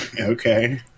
Okay